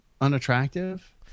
unattractive